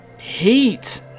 hate